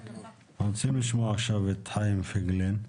אנחנו רוצים לשמוע עכשיו את חיים פייגלין,